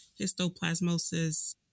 histoplasmosis